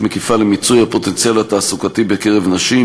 מקיפה למיצוי הפוטנציאל התעסוקתי בקרב נשים,